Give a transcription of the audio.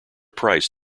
price